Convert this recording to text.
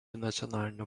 nacionaliniu